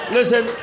Listen